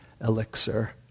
elixir